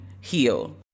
heal